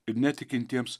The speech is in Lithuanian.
ir netikintiems